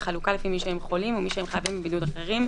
בחלוקה לפי מי שהם חולים ומי שהם חייבים בבידוד אחרים,